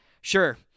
Sure